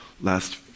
last